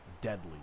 deadly